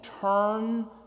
turn